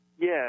Yes